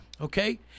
okay